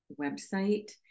website